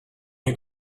you